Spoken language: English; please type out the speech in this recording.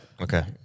Okay